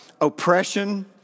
oppression